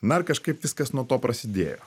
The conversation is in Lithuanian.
na ir kažkaip viskas nuo to prasidėjo